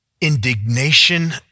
indignation